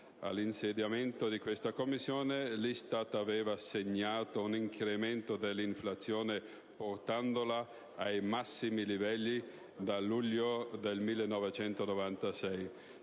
All'insediamento di questa Commissione, l'ISTAT aveva segnato un incremento dell'inflazione, portandola ai massimi livelli dal luglio 1996.